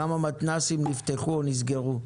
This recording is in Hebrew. כמה מתנ"סים נפתחו או נסגרו.